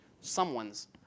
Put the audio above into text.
someone's